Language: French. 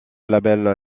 label